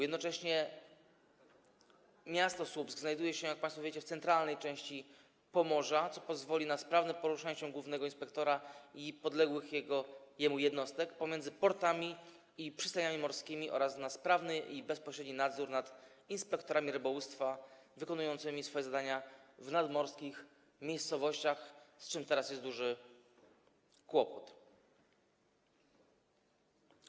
Jednocześnie miasto Słupsk znajduje się, jak państwo wiecie, w centralnej części Pomorza, co pozwoli na sprawne poruszanie się głównego inspektora i podległych mu jednostek pomiędzy portami i przystaniami morskimi oraz na sprawny i bezpośredni nadzór nad inspektorami rybołówstwa wykonującymi swoje zadania w nadmorskich miejscowościach, z czym teraz jest duży kłopot.